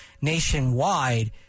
nationwide